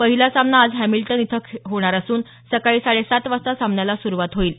पहिला सामना आज हॅमिल्टन इथं होणार असून सकाळी साडे सात वाजता सामन्याला सुरुवात होइल